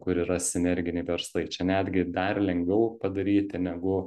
kur yra sinerginiai verslai čia netgi dar lengviau padaryti negu